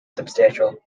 substantial